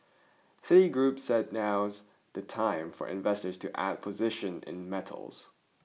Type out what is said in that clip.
Citigroup said now's the time for investors to add positions in metals